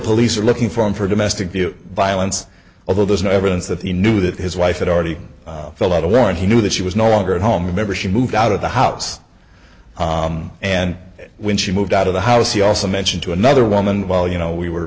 police are looking for him for domestic violence although there's no evidence that he knew that his wife had already filled out a warrant he knew that she was no longer at home remember she moved out of the house and when she moved out of the house he also mentioned to another woman well you know we were